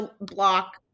block